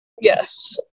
Yes